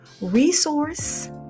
resource